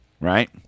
right